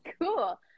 cool